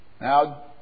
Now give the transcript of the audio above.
Now